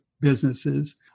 businesses